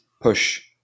push